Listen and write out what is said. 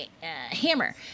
Hammer